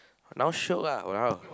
now shiok lah !walao!